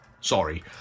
sorry